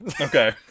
Okay